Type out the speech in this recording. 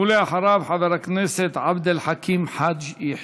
ואחריו, חבר הכנסת עבד אל חכים חאג' יחיא.